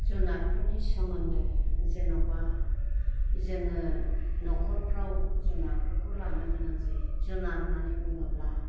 जुनारफोरनि सोमोन्दै जेन'बा जोङो नखरफ्राव जुनारफोरखौ लानो गोनां जायो जुनार होन्नानै बुङोब्ला